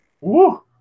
Woo